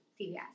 CVS